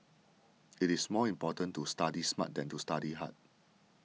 it is more important to study smart than to study hard